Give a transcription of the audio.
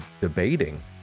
debating